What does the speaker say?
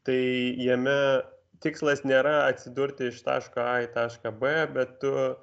tai jame tikslas nėra atsidurti iš taško a į tašką b bet tu